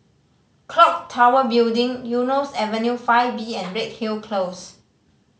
Clock Tower Building Eunos Avenue Five B and Redhill Close